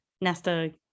nesta